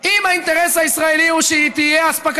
שבשלה עד